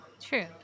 True